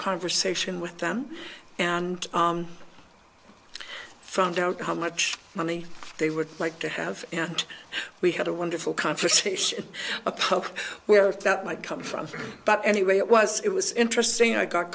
conversation with them and from don't know how much money they would like to have and we had a wonderful conversation a poke where's that might come from but anyway it was it was interesting i got